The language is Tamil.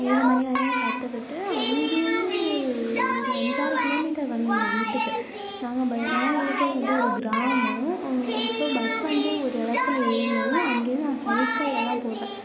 ஏழு மணி வரையும் கற்றுக்கிட்டு அங்கேயிருந்து ஒரு அஞ்சாறு கிலோமீட்டர் வரணும் எங்கள் வீட்டுக்கு நாங்கள் ப நாங்கள் இருக்கறது வந்து ஒரு கிராமம் ஸோ பஸ் வந்து ஒரு இடத்துல ஏறணும் அங்கேருந்து நான் சைக்களில்தா போவேன்